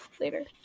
later